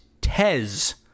Tez